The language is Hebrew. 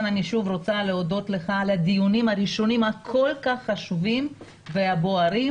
אני שוב רוצה להודות לך על הדיונים הראשונים הכל-כך חשובים והבוערים,